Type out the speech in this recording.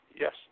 yes